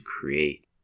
create